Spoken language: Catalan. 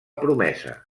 promesa